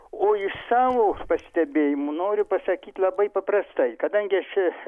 o iš savo pastebėjimų noriu pasakyti labai paprastai kadangi aš